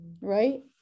right